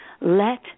Let